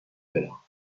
pellerin